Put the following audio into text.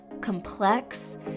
complex